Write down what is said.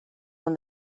when